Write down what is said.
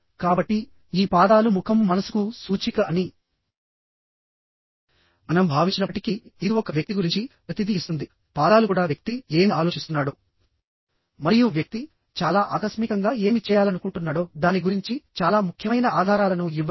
కాబట్టి ఈ పాదాలు ముఖం మనసుకు సూచిక అని మనం భావించినప్పటికీ ఇది ఒక వ్యక్తి గురించి ప్రతిదీ ఇస్తుంది పాదాలు కూడా వ్యక్తి ఏమి ఆలోచిస్తున్నాడో మరియు వ్యక్తి చాలా ఆకస్మికంగా ఏమి చేయాలనుకుంటున్నాడో దాని గురించి చాలా ముఖ్యమైన ఆధారాలను ఇవ్వగలవు